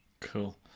Cool